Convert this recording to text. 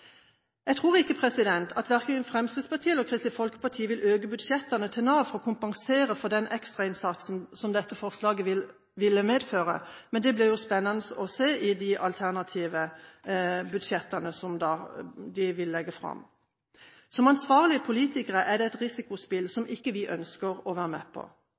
Jeg tror ikke at verken Fremskrittspartiet eller Kristelig Folkeparti vil øke budsjettene til Nav for å kompensere for den ekstrainnsatsen dette forslaget ville medføre. Men det blir jo spennende å se i de alternative budsjettene som de vil legge fram. Som ansvarlige politikere er det et risikospill som ikke vi ønsker å være med på.